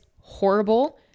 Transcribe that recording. horrible